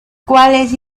cuales